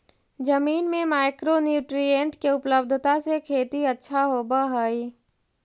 जमीन में micro nutrient के उपलब्धता से खेती अच्छा होब हई